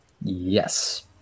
yes